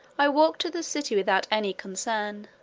i walked to the city without any concern,